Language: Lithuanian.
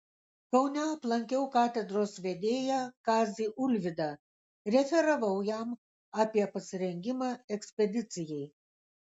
kaune aplankiau katedros vedėją kazį ulvydą referavau jam apie pasirengimą ekspedicijai